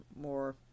more